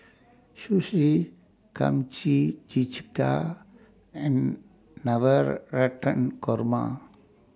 Sushi Kimchi Jjigae and Navratan Korma